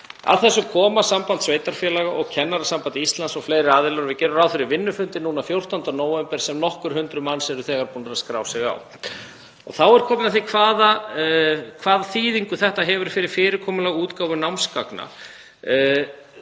Að þessu koma Samband íslenskra sveitarfélaga, Kennarasamband Íslands og fleiri aðilar og við gerum ráð fyrir vinnufundi 14. nóvember sem nokkur hundruð manns eru þegar búin að skrá sig á. Þá er komið að því hvaða þýðingu þetta hefur fyrir fyrirkomulag útgáfu námsgagna.